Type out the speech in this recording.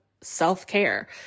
self-care